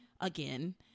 again